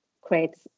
creates